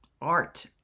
art